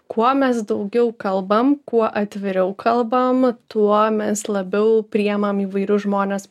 kuo mes daugiau kalbam kuo atviriau kalbam tuo mes labiau priimam įvairius žmones